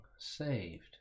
saved